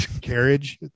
carriage